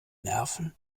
nerven